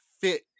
fit